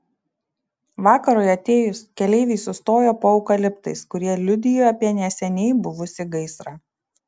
vakarui atėjus keleiviai sustojo po eukaliptais kurie liudijo apie neseniai buvusį gaisrą